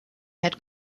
had